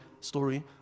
story